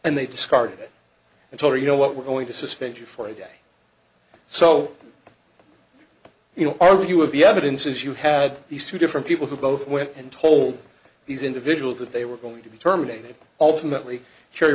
and they discarded it and told her you know what we're going to suspend you for a day so you know our view of you have it in since you had these two different people who both went and told these individuals that they were going to be terminated ultimately kerry